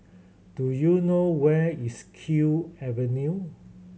do you know where is Kew Avenue